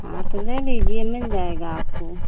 हाँ तो ले लीजिए मिल जाएगा आपको